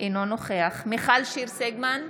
אינו נוכח מיכל שיר סגמן,